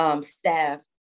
staff